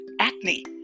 acne